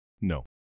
No